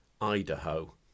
Idaho